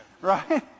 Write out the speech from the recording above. Right